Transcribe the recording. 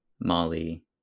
Molly